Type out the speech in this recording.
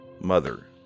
Mother